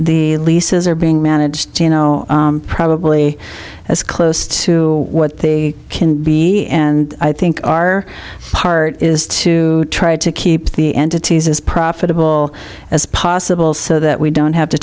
the leases are being managed you know probably as close to what they can be and i think our part is to try to keep the entities as profitable as possible so that we don't have to